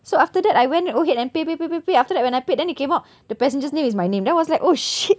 so after that I went ahead and pay pay pay pay pay after that when I paid then they came out the passenger's name is my name then I was like oh shit